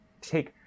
take